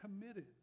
committed